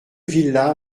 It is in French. villa